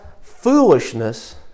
foolishness